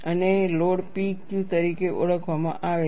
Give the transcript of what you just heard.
અને લોડ ને P Q તરીકે ઓળખવામાં આવે છે